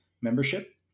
membership